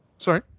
sorry